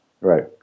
Right